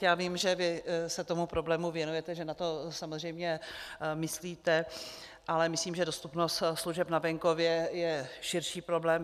Já vím, že vy se tomu problému věnujete, že na to samozřejmě myslíte, ale myslím, že dostupnost služeb na venkově je širší problém.